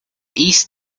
east